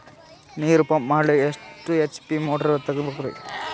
ನೀರು ಪಂಪ್ ಮಾಡಲು ಎಷ್ಟು ಎಚ್.ಪಿ ಮೋಟಾರ್ ತಗೊಬೇಕ್ರಿ?